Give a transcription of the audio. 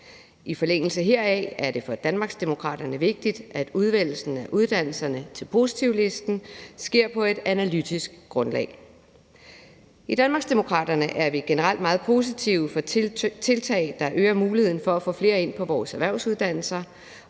I forlængelse heraf er det for Danmarksdemokraterne vigtigt, at udvælgelsen af uddannelserne til positivlisten sker på et analytisk grundlag. I Danmarksdemokraterne er vi generelt meget positive over for tiltag, der øger muligheden for at få flere ind på vores erhvervsuddannelser,